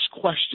question